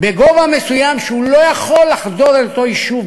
בגובה מסוים שהוא לא יכול לחדור אל אותו יישוב,